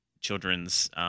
children's